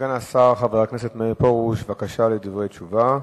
סגן השר, חבר הכנסת מאיר פרוש, בבקשה, דברי תשובה.